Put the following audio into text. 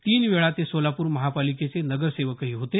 तीन वेळा ते सोलापूर महापालिकेचे नगरसेवक होते